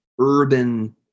urban